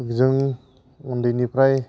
जों उन्दैनिफ्राय